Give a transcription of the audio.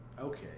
okay